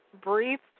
brief